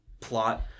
plot